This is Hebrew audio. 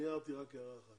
אני הערתי רק הערה אחת,